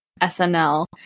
SNL